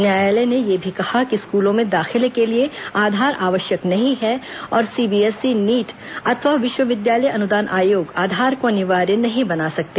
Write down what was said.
न्यायालय ने यह भी कहा कि स्कूलों में दाखिले के लिए आधार आवश्यक नहीं है और सीबीएसई नीट अथवा विश्वविद्यालय अनुदान आयोग आधार को अनिवार्य नहीं बना सकते